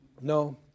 no